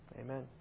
Amen